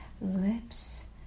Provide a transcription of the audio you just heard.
lips